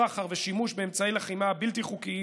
בסחר ובשימוש באמצעי לחימה בלתי חוקיים